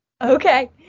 Okay